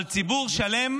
אבל ציבור שלם